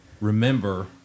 remember